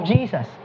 Jesus